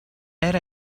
era